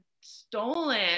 stolen